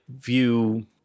view